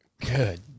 Good